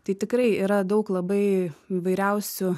tai tikrai yra daug labai įvairiausių